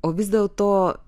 o vis dėl to